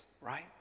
right